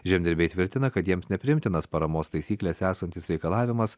žemdirbiai tvirtina kad jiems nepriimtinas paramos taisyklėse esantis reikalavimas